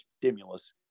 stimulus